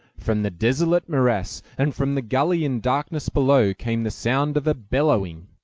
from the desolate morass, and from the gully in darkness below, came the sound of a bellowing.